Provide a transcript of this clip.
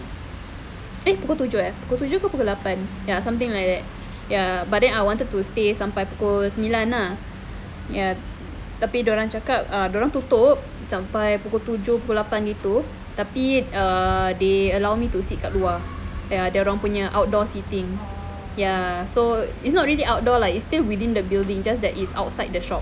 eh pukul tujuh eh pukul tujuh ke pukul lapan ya something like that ya but then I wanted to stay sampai kul sembilan ah tapi dorang cakap dorang tutup sampai pukul tujuh pukul lapan gitu tapi uh they allow me to sit dekat luar dia punya outdoor seating so it's not really outdoor lah it's still within the building it's just that it's outside the shop